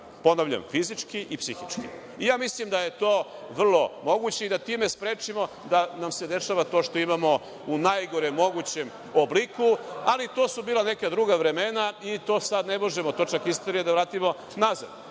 Ponavljam – fizički i psihički. Ja mislim da je to vrlo moguće i da time sprečimo da nam se dešava to što imamo u najgorem mogućem obliku, ali, to su bila neka druga vremena i sad ne možemo točak istorije da vratimo nazad.